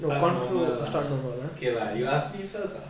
start normal lah okay lah you ask me first ah